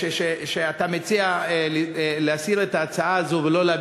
שאתה מציע להסיר את ההצעה הזאת ולא להביא